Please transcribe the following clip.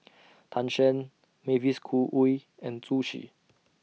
Tan Shen Mavis Khoo Oei and Zhu Xu